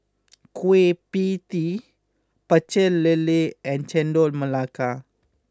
Kueh pPie Tee Pecel Lele and Chendol Melaka